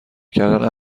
کردن